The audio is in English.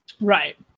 right